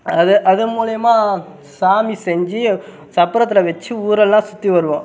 அது அது மூலயமா சாமி செஞ்சு சப்பரத்தில் வச்சு ஊரெல்லாம் சுற்றி வருவோம்